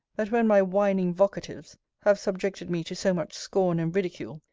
that when my whining vocatives have subjected me to so much scorn and ridicule,